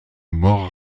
mort